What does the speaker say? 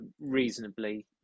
reasonably